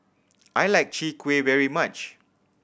I like Chwee Kueh very much